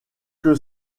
que